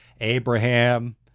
Abraham